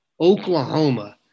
Oklahoma